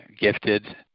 gifted